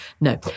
No